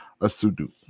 Asudu